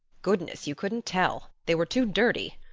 goodness, you couldn't tell. they were too dirty.